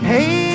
Hey